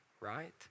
right